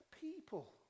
people